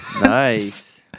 Nice